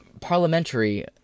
parliamentary